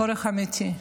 צורך אמיתי,